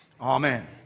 Amen